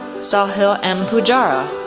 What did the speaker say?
sahil m. pujara,